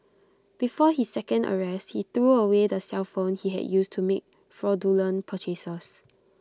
before his second arrest he threw away the cellphone he had used to make fraudulent purchases